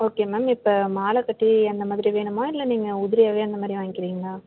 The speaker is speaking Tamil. ஓகே மேம் இப்போ மாலைக்கட்டி அந்த மாதிரி வேணுமா இல்லை நீங்கள் உதிரியாகவே அந்த மாதிரி வாங்கிக்கிறீங்களா